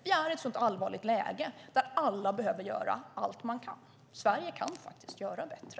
Vi är i ett sådant allvarligt läge där alla behöver göra allt de kan. Sverige kan faktiskt göra bättre.